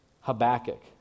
Habakkuk